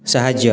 ସାହାଯ୍ୟ